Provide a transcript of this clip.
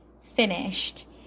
finished